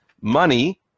money